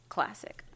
Classic